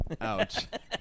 Ouch